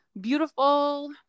beautiful